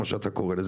כמו שאתה קורא לזה.